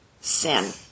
sin